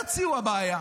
הרצי הוא הבעיה.